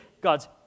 God's